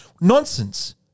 Nonsense